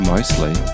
Mostly